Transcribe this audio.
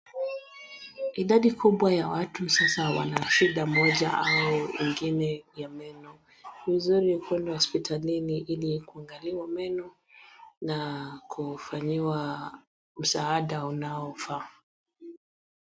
Idadi kubwa ya watu sasa wanashida moja au ingine ya meno. Ni vizuri kwenda hospitalini ili kuangaliwa meno na kufanyiwa msaada unaofaa.